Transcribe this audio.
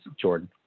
Jordan